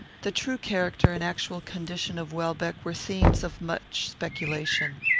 the true character and actual condition of welbeck were themes of much speculation.